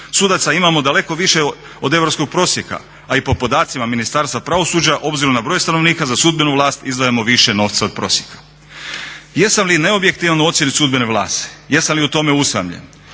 Sudaca imamo daleko više od europskog prosjeka, a i po podacima Ministarstva pravosuđa obzirom na broj stanovnika za sudbenu vlast izdvajamo više novca od prosjeka. Jesam li neobjektivan u ocjeni sudbene vlasti? Jesam li u tome usamljen?